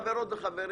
חברות וחברים